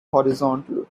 horizontal